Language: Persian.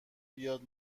بیاد